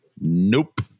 Nope